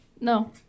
No